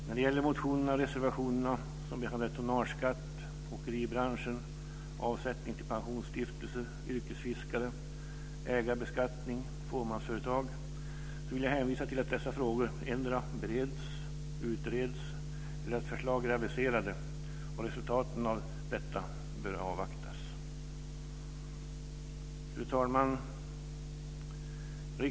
När det gäller de motioner och reservationer som behandlar tonnageskatt, åkeribranschen, avsättningar till pensionsstiftelser, yrkesfiskare, ägarbeskattning och fåmansföretag vill jag hänvisa till att dessa frågor endera bereds eller utreds eller att förslag om dem är aviserade. Resultaten av detta arbete bör avvaktas. Fru talman!